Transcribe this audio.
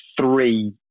three